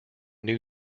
new